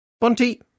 Bunty